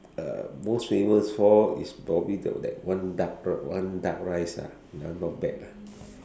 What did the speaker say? uh most famous for is probably the that one duck the one duck rice ah that one not bad lah